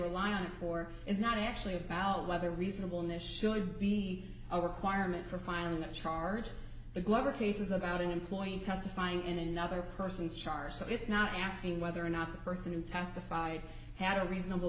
rely on it for is not actually about whether reasonable nish should be a requirement for filing a charge the glover case is about an employee testifying in another person's char's so it's not asking whether or not the person who testified had a reasonable